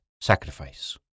sacrifice